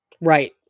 Right